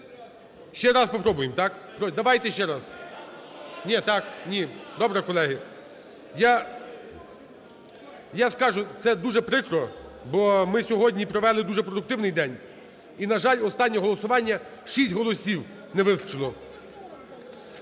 Ще раз попробуємо, так? Давайте ще раз. Ні, так. Ні. Добре, колеги. Я скажу, це дуже прикро, бо ми сьогодні провели дуже продуктивний день і, на жаль, останнє голосування 6 голосів не вистачило.